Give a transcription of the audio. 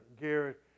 Garrett